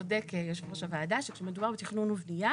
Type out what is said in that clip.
צודק יושב ראש הוועדה כשמדובר בתכנון ובנייה